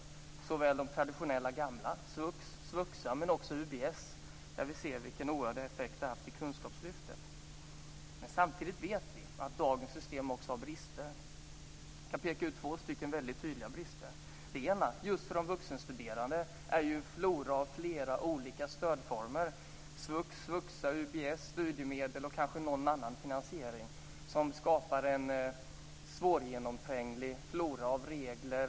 Det gäller då såväl de traditionella gamla stöden svux och svuxa som UBS där vi ser vilken oerhörd effekt det har haft i kunskapslyftet. Samtidigt vet vi att dagens system också har brister. Jag kan peka ut två mycket tydliga sådana. En brist för de vuxenstuderande är floran av olika stödformer: svux, svuxa, UBS, studiemedel och kanske någon annan finansiering. Det skapar en svårgenomtränglig flora av regler.